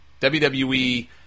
WWE